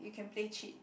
you can play cheat